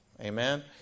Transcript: Amen